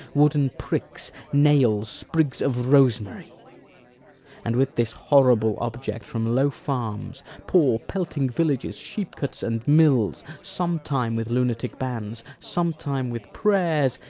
wooden pricks, nails, sprigs of rosemary and with this horrible object, from low farms, poor pelting villages, sheep-cotes, and mills, sometime with lunatic bans, sometime with prayers,